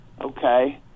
Okay